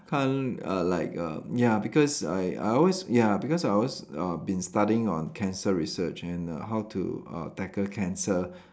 can't err like err ya because I I always ya because I always uh been studying on cancer research and how to uh tackle cancer